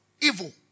Evil